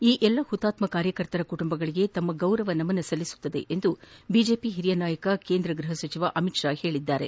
ಈ ಎಲ್ಲಾ ಹುತಾತ್ನ ಕಾರ್ಯಕರ್ತರ ಕುಟುಂಬಗಳಿಗೆ ತಮ್ಮ ಗೌರವ ಸಲ್ಲಿಸುವುದಾಗಿ ಬಿಜೆಪಿ ಹಿರಿಯ ನಾಯಕ ಕೇಂದ್ರ ಗೃಹ ಸಚಿವ ಅಮಿತ್ ಶಾ ಹೇಳದ್ದಾರೆ